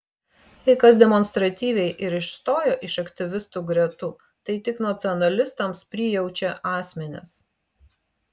jei kas demonstratyviai ir išstojo iš aktyvistų gretų tai tik nacionalistams prijaučią asmenys